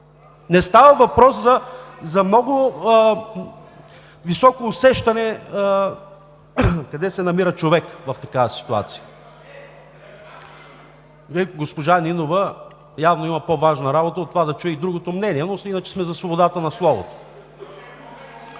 не става въпрос за много високо усещане къде се намира човек в такава ситуация. Госпожа Нинова явно има по-важна работа от това да чуе и другото мнение, но иначе сме за свободата на словото.